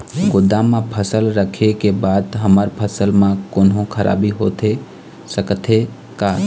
गोदाम मा फसल रखें के बाद हमर फसल मा कोन्हों खराबी होथे सकथे का?